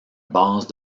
base